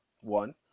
one